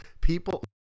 people